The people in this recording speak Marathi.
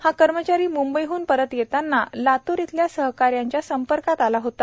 हा कर्मचारी मुंबईहन परत येताना लातूर इथल्या सहकाऱ्याच्या संपर्कात आला होता